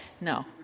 no